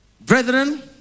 Brethren